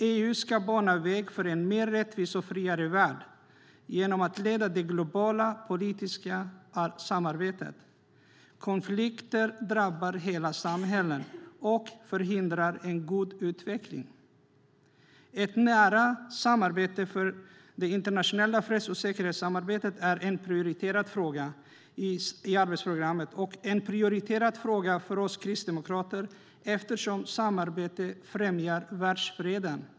EU ska bana väg för en mer rättvis och friare värld genom att leda det globala politiska samarbetet. Konflikter drabbar hela samhällen och förhindrar en god utveckling. Ett nära samarbete för det internationella freds och säkerhetsarbetet är en prioriterad fråga i arbetsprogrammet och en prioriterad fråga för oss kristdemokrater, eftersom samarbete främjar världsfreden.